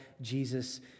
Jesus